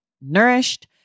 nourished